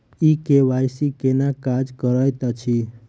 ई KYC केना काज करैत अछि?